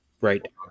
Right